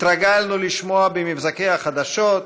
התרגלנו לשמוע במבזקי החדשות,